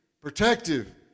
protective